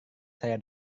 saya